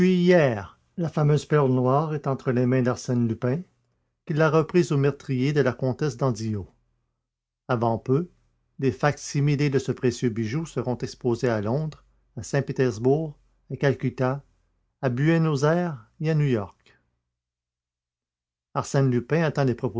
hier la fameuse perle noire est entre les mains d'arsène lupin qui l'a reprise au meurtrier de la comtesse d'andillot avant peu des fac-similés de ce précieux bijou seront exposés à londres à saint-pétersbourg à calcutta à buenos-ayres et à new york arsène lupin attend